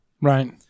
Right